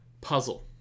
puzzle